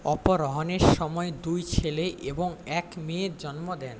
অপহরণের সময় দুই ছেলে এবং এক মেয়ের জন্ম দেন